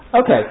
Okay